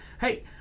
Hey